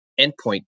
endpoint